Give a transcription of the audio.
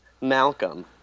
Malcolm